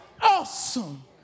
awesome